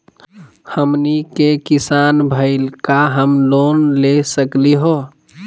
हमनी के किसान भईल, का हम लोन ले सकली हो?